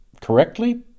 correctly